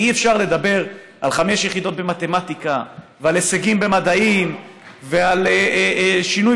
כי אי-אפשר לדבר על חמש יחידות במתמטיקה ועל הישגים במדעים ועל שינוי